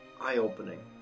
eye-opening